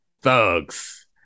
thugs